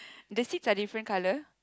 the seats are different color